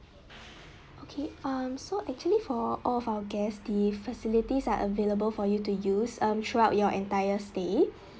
okay um so actually for all of our guest the facilities are available for you to use um throughout your entire stay